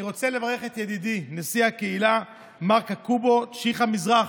אני רוצה לברך את ידידי נשיא הקהילה מר כקובו צ'יכא מזרחי,